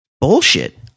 Bullshit